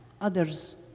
others